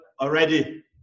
already